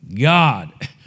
God